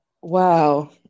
wow